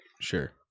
sure